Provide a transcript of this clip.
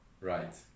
right